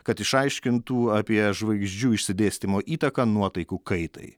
kad išaiškintų apie žvaigždžių išsidėstymo įtaką nuotaikų kaitai